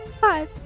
five